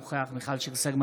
אינו נוכח מיכל שיר סגמן,